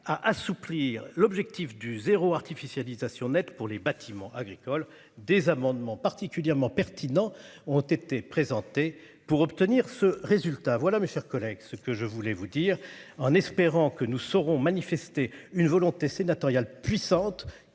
à assouplir l'objectif du zéro artificialisation nette pour les bâtiments agricoles, des amendements particulièrement pertinent ont été présentés pour obtenir ce résultat. Voilà, mes chers collègues. Ce que je voulais vous dire, en espérant que nous saurons manifesté une volonté sénatoriale puissante